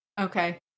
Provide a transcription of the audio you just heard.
okay